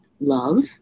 love